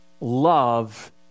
Love